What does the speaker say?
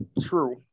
true